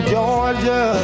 Georgia